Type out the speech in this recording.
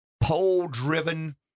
poll-driven